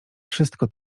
wszystko